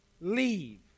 leave